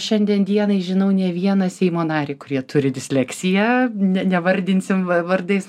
šiandien dienai žinau ne vieną seimo narį kurie turi disleksiją ne nevardinsim vardais